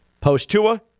Post-Tua